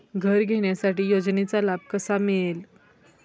घर घेण्यासाठी योजनेचा लाभ कसा मिळेल?